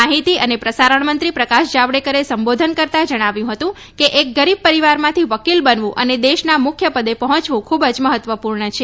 માહિતી અને પ્રસારણમંત્રી પ્રકાશ જાવડેકરે સંબોધન કરતાં જણાવ્યું હતું કે એક ગરીબ પરિવારમાંથી વકીલ બનવું અને દેશના મુખ્યપદે પહોંચવું ખૂબ જ મહત્વપૂર્ણ છે